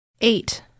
Eight